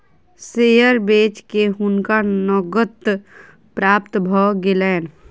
share बेच के हुनका नकद प्राप्त भ गेलैन